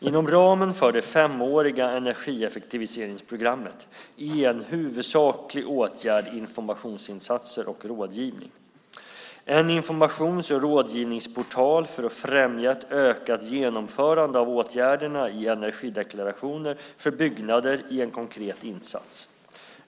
Inom ramen för det femåriga energieffektiviseringsprogrammet är en huvudsaklig åtgärd informationsinsatser och rådgivning. En informations och rådgivningsportal för att främja ett ökat genomförande av åtgärderna i energideklarationer för byggnader är en konkret insats.